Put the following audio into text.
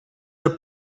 del